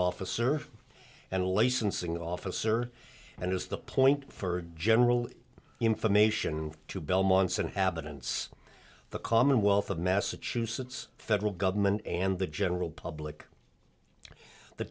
officer and lace and sing officer and is the point for general information to belmont's inhabitants the commonwealth of massachusetts federal government and the general public the